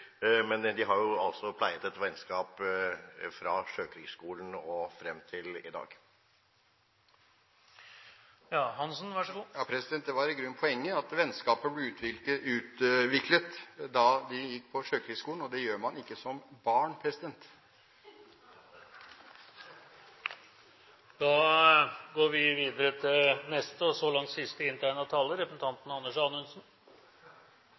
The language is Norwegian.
Men de har jo pleiet et vennskap fra de gikk på Sjøkrigsskolen, og frem til i dag. Det var i grunnen poenget: Vennskapet ble utviklet da de gikk på Sjøkrigsskolen, og der går man ikke som barn. Replikkordskiftet er omme. De talere som heretter får ordet, har en taletid på inntil 10 minutter. Den siste